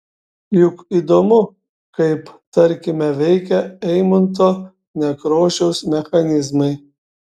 juk įdomu kaip tarkime veikia eimunto nekrošiaus mechanizmai